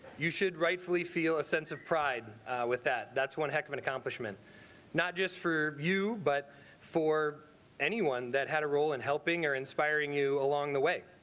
you should rightfully feel a sense of pride with that. that's one heck of an accomplishment not just for you, but for anyone that had a role in helping awe inspiring you along the way.